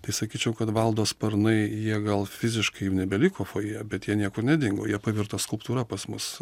tai sakyčiau kad valdo sparnai jie gal fiziškai jau nebeliko foje bet jie niekur nedingo jie pavirto skulptūra pas mus